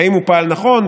האם הוא פעל נכון?